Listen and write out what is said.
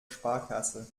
sparkasse